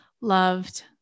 loved